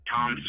Tom